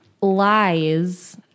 lies